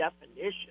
definition